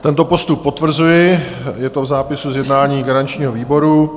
Tento postup potvrzuji, je to v zápisu z jednání garančního výboru.